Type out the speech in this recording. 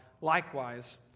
likewise